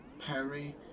Perry